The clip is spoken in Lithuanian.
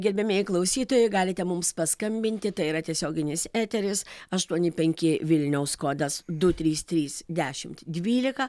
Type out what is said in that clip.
gerbiamieji klausytojai galite mums paskambinti tai yra tiesioginis eteris aštuoni penki vilniaus kodas du trys trys dešimt dvylika